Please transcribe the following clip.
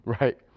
Right